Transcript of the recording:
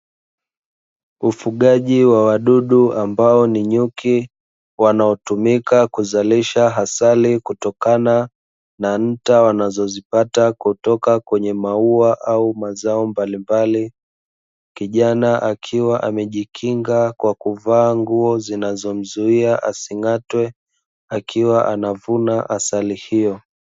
Ufugaji wa wadudu ambao ni nyuki wanaotumika kuzalisha asali kutokana na nta wanazozipata, kutoka kwenye maua au mazao mbalimbali, kijana akiwa amejikinga kwa kuvaa nguo zinazomzuia asingatwe akiwa anavuna asali hiyo.